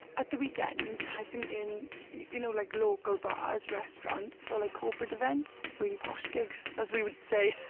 at the weekend, i sing in you know like local bars, restaurants or like corporate events. really posh gigs, as we would say!